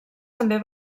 també